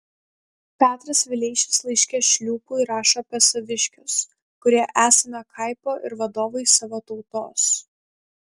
petras vileišis laiške šliūpui rašo apie saviškius kurie esame kaipo ir vadovais savo tautos